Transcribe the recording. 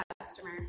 customer